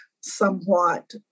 somewhat